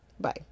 Bye